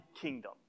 kingdom